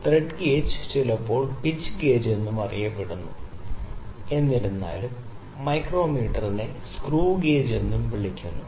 thread gauge ചിലപ്പോൾ pitch gauge എന്നും അറിയപ്പെടുന്നു എന്നിരുന്നാലും മൈക്രോമീറ്ററിനെ സ്ക്രൂ ഗേജ് എന്നും വിളിക്കുന്നു